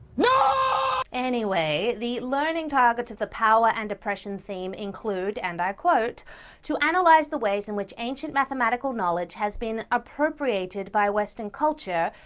anyway, the learning targets of the power and oppression theme include, and i quote to analyze the ways in which ancient mathematical knowledge has been appropriated by western culture,